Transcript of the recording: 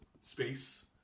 Space